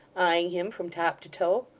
eyeing him from top to toe.